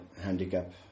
handicap